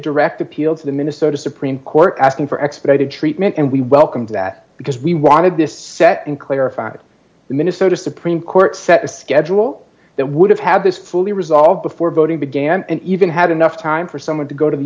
direct appeal to the minnesota supreme court asking for expedited treatment and we welcome that because we wanted this set in clarified the minnesota supreme court set a schedule that would have had this fully resolved before voting began and even had enough time for someone to go to the